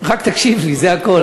תקשיב לי, זה הכול.